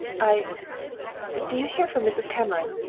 i do you hear from mrs. cameron?